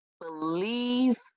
believe